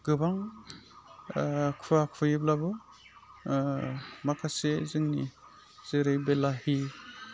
गोबां खुवा खुयोब्लाबो माखासे जोंनि जेरै बिलाहि